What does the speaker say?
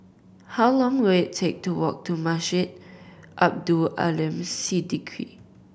how long will it take to walk to Masjid Abdul Aleem Siddique